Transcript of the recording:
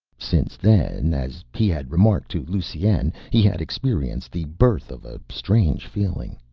since then, as he had remarked to lusine, he had experienced the birth of a strange feeling.